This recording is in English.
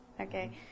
Okay